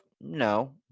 No